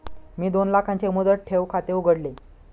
मी दोन लाखांचे मुदत ठेव खाते उघडले